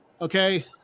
okay